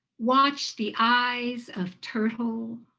watch the eyes of turtle.